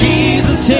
Jesus